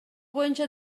боюнча